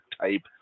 type